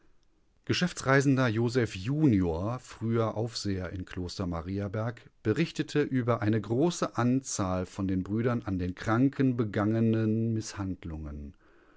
geschäftsreisender joseph junior früher aufseher im kloster mariaberg berichtete über eine große anzahl von den brüdern an den kranken begangenen mißhandlungen